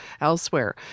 elsewhere